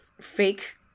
fake